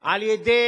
על-ידי